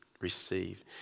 receive